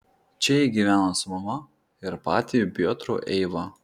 čia ji gyveno su mama ir patėviu piotru eiva